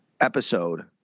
episode